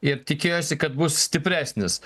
ir tikėjosi kad bus stipresnis